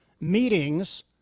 meetings